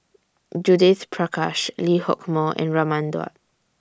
Judith Prakash Lee Hock Moh and Raman Daud